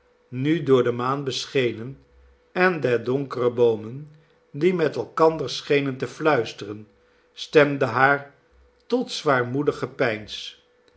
nu door de maan beschenen en der donkere boomen die met elkander schenen te fluisteren stemde haar tot zwaarmoedig gepeins